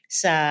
sa